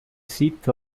seat